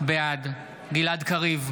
בעד גלעד קריב,